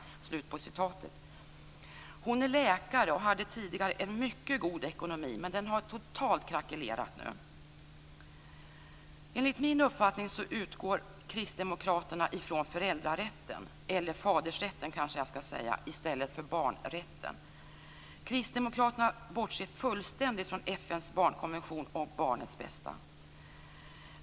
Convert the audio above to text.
Hon är läkare och hade tidigare en mycket god ekonomi, men den har totalt krackelerat nu. Enligt min uppfattning utgår kristdemokraterna från föräldrarätten, eller fadersrätten kanske jag ska säga, i stället för från barnrätten. Kristdemokraterna bortser fullständigt från FN:s barnkonvention om barnets bästa.